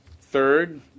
Third